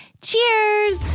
Cheers